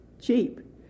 cheap